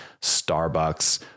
Starbucks